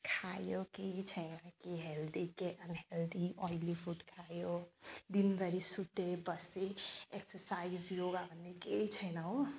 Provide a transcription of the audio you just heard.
खायो केही छैन के हेल्दी के अनहेल्दी अयली फुड खायो दिनभरि सुतेँ बसेँ एक्सर्साइज योगा भन्ने केही छैन हो